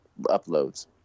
uploads